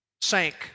sank